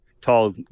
tall